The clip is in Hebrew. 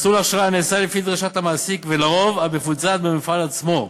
מסלול הכשרה הנעשית לפי דרישת המעסיק ולרוב אף מבוצעת במפעל עצמו.